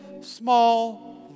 small